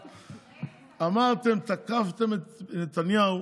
אמרתם, תקפתם את נתניהו